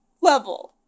level